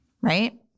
right